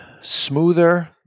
smoother